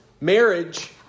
marriage